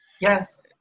Yes